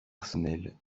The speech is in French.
personnelles